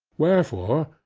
wherefore,